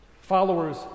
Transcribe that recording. Followers